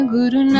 Guru